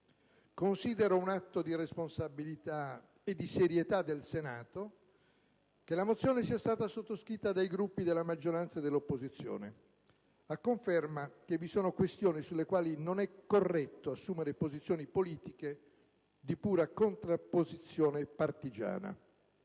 Considero un atto di responsabilità e di serietà del Senato che la mozione sia stata sottoscritta dai Gruppi della maggioranza e dell'opposizione, a conferma che vi sono questioni sulle quali non è corretto assumere posizioni politiche di pura contrapposizione partigiana.